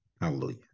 Hallelujah